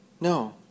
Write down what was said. No